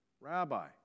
Rabbi